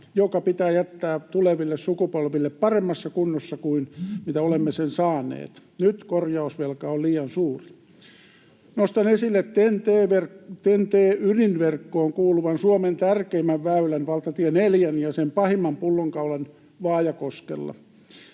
ja se pitää jättää tuleville sukupolville paremmassa kunnossa kuin mitä olemme sen saaneet. Nyt korjausvelka on liian suuri. Nostan esille TEN-T-ydinverkkoon kuuluvan Suomen tärkeimmän väylän, valtatie 4:n, ja sen pahimman pullonkaulan Vaajakoskella.